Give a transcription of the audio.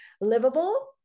livable